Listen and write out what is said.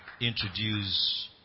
Introduce